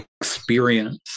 experience